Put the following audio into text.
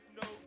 no